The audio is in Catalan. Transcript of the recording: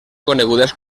conegudes